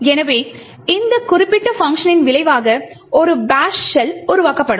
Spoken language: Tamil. எனவே இந்த குறிப்பிட்ட பங்க்ஷனின் விளைவாக ஒரு பாஷ் ஷெல் உருவாக்கப்படும்